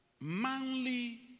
manly